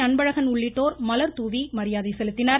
அன்பழகன் உள்ளிட்டோர் மலர்தூவி மரியாதை செலுத்தினர்